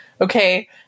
okay